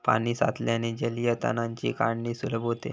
पाणी साचल्याने जलीय तणांची काढणी सुलभ होते